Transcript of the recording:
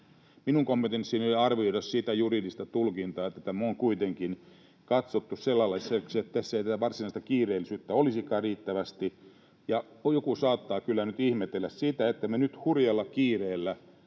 Minun kompetenssini ei ole arvioida sitä juridista tulkintaa, että tämä on kuitenkin katsottu sellaiseksi, että tässä ei tätä varsinaista kiireellisyyttä olisikaan riittävästi, ja joku saattaa kyllä nyt ihmetellä sitä, että me nyt hurjalla kiireellä